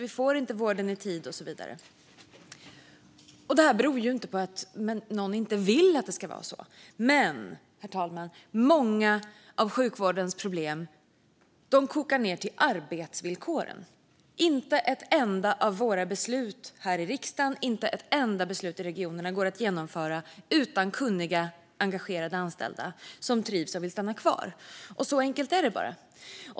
Vi får inte vården i tid och så vidare. Det beror inte på att någon vill att det ska vara på det sättet. Herr talman! Många av sjukvårdens problem kokar ned till arbetsvillkoren. Inte ett enda av våra beslut här i riksdagen eller ett enda beslut i regionerna går att genomföra utan kunniga och engagerade anställda som trivs och vill stanna kvar. Så enkelt är det.